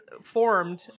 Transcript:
formed